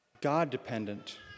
God-dependent